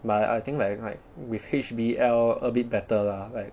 but I I think like like with H_B_L a bit better lah like